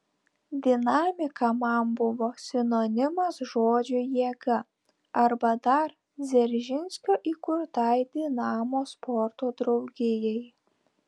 dinamika man buvo sinonimas žodžiui jėga arba dar dzeržinskio įkurtai dinamo sporto draugijai